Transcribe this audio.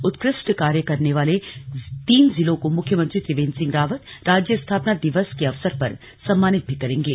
उत्कृष्ट कार्य करने वाले तीन जिलों को मुख्यमंत्री त्रिवेंद्र सिंह रावत राज्य स्थापना दिवस के अवसर पर सम्मानित भी करेंगे